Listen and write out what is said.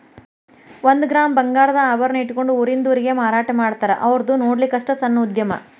ಒಂದ ಗ್ರಾಮ್ ಬಂಗಾರದ ಆಭರಣಾ ಇಟ್ಕೊಂಡ ಊರಿಂದ ಊರಿಗೆ ಮಾರಾಟಾಮಾಡ್ತಾರ ಔರ್ದು ನೊಡ್ಲಿಕ್ಕಸ್ಟ ಸಣ್ಣ ಉದ್ಯಮಾ